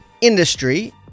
industry